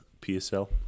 PSL